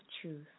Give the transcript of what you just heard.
truth